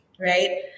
right